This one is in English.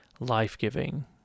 life-giving